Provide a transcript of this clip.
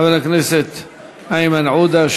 חבר הכנסת איימן עודה.